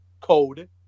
code